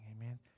amen